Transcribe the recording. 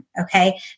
Okay